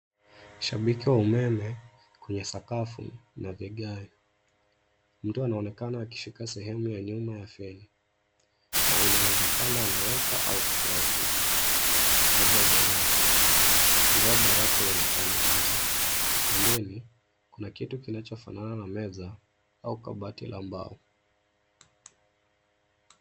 Shabiki wa umeme kwenye sakafu na vigae. Mtu anaonekana akishika sehemu ya nyuma ya feni na inawezekana anaweka au kutoa kitu, labda barafu, ingawa barafu haionekani wazi. Pembeni, kuna kitu kinachofanana na meza au kabati la mbao.